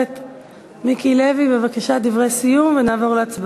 אני אומר לכם, תרשמו את מה שאני אומר פה